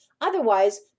Otherwise